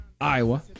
Iowa